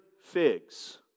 figs